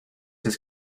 his